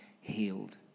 healed